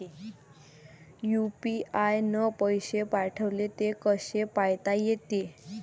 UPI न पैसे पाठवले, ते कसे पायता येते?